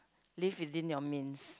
live within your means